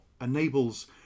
enables